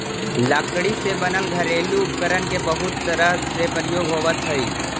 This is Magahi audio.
लकड़ी से बनल घरेलू उपकरण के बहुत तरह से प्रयोग होइत हइ